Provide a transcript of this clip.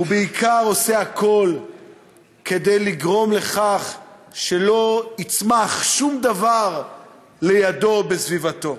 הוא בעיקר עושה הכול כדי לגרום לכך שלא יצמח שום דבר לידו או בסביבתו.